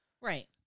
Right